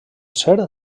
ser